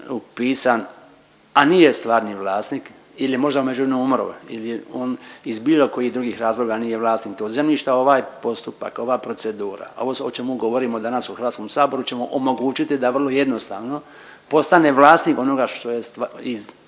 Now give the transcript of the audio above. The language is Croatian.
upisan, a nije stvarni vlasnik ili je možda u međuvremenu umro ili je on iz bilo kojih drugih razloga nije vlasnik tog zemljišta, ovaj postupak, ova procedura, ovo o čemu govorimo danas u HS-u će mu omogućiti da vrlo jednostavno postane vlasnik onoga što je i